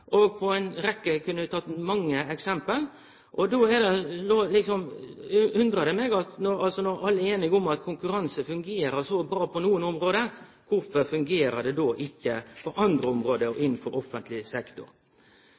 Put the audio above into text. kunne ta ei rekkje eksempel. Når alle er einige om at konkurranse fungerer så bra på nokre område, undrar det meg at det då ikkje skulle fungere på andre område, òg innanfor offentleg sektor.